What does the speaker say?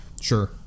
Sure